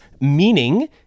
meaning